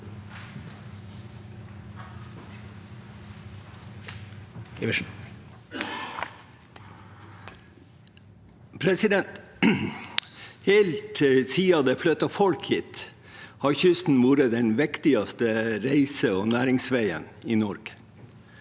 Helt siden det flyttet folk hit, har kysten vært den viktigste reiseog næringsveien i Norge.